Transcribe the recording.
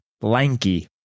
Lanky